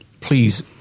please